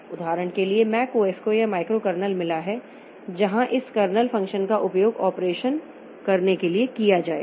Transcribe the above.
उदाहरण के लिए इस मैक ओएस को यह माइक्रोकर्नेल मिला है जहां इस कर्नेल फ़ंक्शन का उपयोग ऑपरेशन करने के लिए किया जाएगा